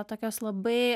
tokios labai